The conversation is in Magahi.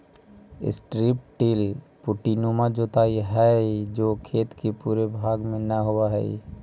स्ट्रिप टिल पट्टीनुमा जोताई हई जो खेत के पूरे भाग में न होवऽ हई